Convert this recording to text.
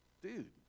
dude